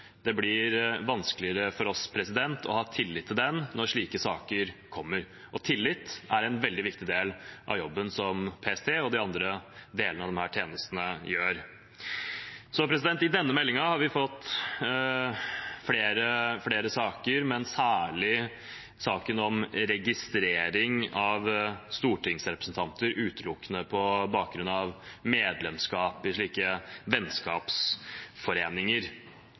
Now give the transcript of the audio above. blir det vanskeligere for oss å ha tillit til dem når slike saker kommer. Og tillit er en veldig viktig del av jobben som PST og de andre delene av disse tjenestene gjør. Av denne meldingen har vi fått flere saker, men særlig saken om registrering av stortingsrepresentanter utelukkende på bakgrunn av medlemskap i